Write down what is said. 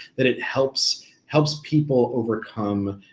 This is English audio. that it helps helps people overcome